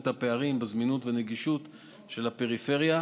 את הפערים בזמינות ונגישות של הפריפריה.